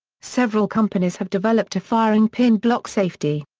several companies have developed a firing pin block safety.